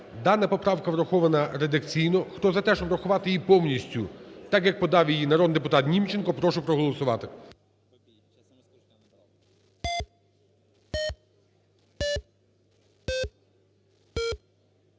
Дана поправка врахована редакційно. Хто за те, щоб врахувати її повністю так, як подав її народний депутат Німченко, прошу проголосувати.